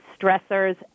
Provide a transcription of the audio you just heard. stressors